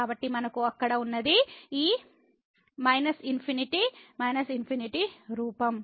కాబట్టి మనకు అక్కడ ఉన్నది ఈ −∞∞ రూపం